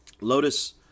Lotus